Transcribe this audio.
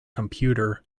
computer